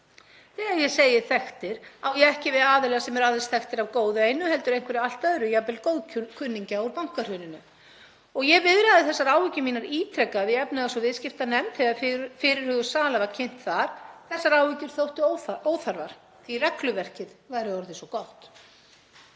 Þegar ég segi þekktir á ég ekki við aðila sem eru aðeins þekktir af góðu einu heldur einhverju allt öðru, jafnvel góðkunningja úr bankahruninu. Ég viðraði þessar áhyggjur mínar ítrekað í efnahags- og viðskiptanefnd þegar fyrirhuguð sala var kynnt þar. Þessar áhyggjur þóttu óþarfar því að regluverkið væri orðið svo gott.